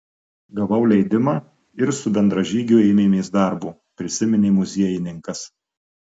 gavau leidimą ir su bendražygiu ėmėmės darbo prisiminė muziejininkas